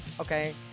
okay